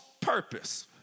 purpose